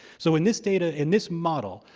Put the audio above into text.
so in this data, in this model,